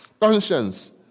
Conscience